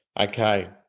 Okay